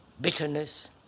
bitterness